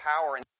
power